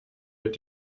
mit